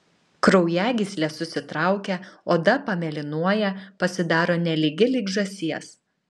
kraujagyslės susitraukia oda pamėlynuoja pasidaro nelygi lyg žąsies